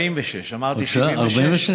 46. אמרתי 76?